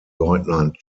lieutenant